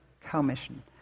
commission